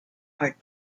are